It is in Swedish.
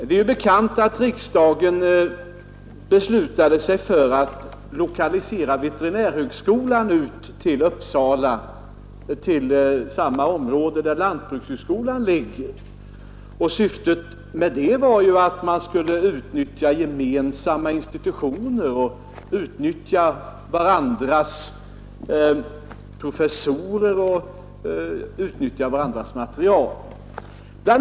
Det är bekant att när riksdagen beslutade sig för att lokalisera ut veterinärhögskolan till Uppsala till det område där lantbrukshögskolan ligger, så var syftet med det att man skulle utnyttja gemensamma institutioner, utnyttja varandras professorer, utnyttja varandras materiel. Bl.